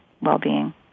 well-being